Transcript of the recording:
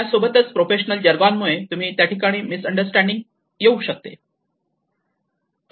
त्यासोबतच professional jargon मुळे त्या ठिकाणी बऱ्याच मिस अंडरस्टँडिंग येऊ शकतात